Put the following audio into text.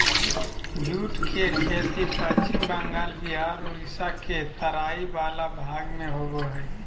jute के खेती पश्चिम बंगाल बिहार उड़ीसा के तराई वला भाग में होबो हइ